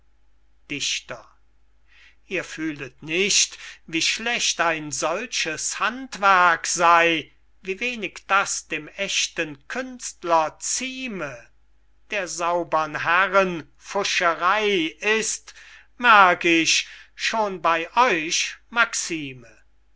dichter ihr fühlet nicht wie schlecht ein solches handwerk sey wie wenig das den ächten künstler zieme der saubern herren pfuscherey ist merk ich schon bey euch maxime